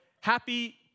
happy